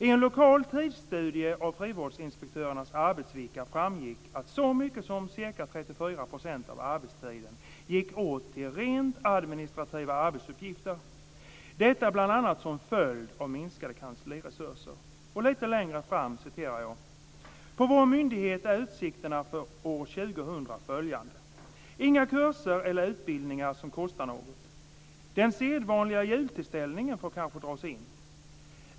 I en lokal tidsstudie av frivårdsinspektörernas arbetsvecka framgick att så mycket som ca 34 % av arbetstiden gick åt till rent administrativa arbetsuppgifter. Detta bland annat som följd av minskade kansliresurser." Lite längre fram i texten citerar jag följande: "På vår myndighet är utsikterna för år 2000 följande: inga kurser eller utbildningar som kostar något, den sedvanliga jultillställningen får kanske ställas in.